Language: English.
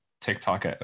TikTok